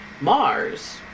Mars